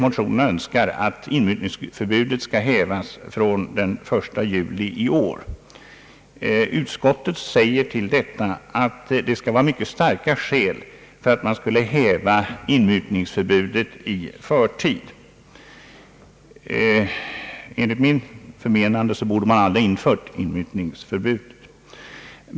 Motionärerna önskar att inmutningsförbudet skall hävas från den 1 juli i år. Utskottet säger till detta att det skall vara mycket starka skäl för att man skulle häva inmutningsförbudet i förtid. Enligt mitt förmenande borde man aldrig ha infört inmutningsförbudet.